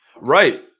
Right